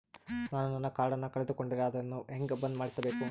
ನಾನು ನನ್ನ ಕಾರ್ಡನ್ನ ಕಳೆದುಕೊಂಡರೆ ಅದನ್ನ ಹೆಂಗ ಬಂದ್ ಮಾಡಿಸಬೇಕು?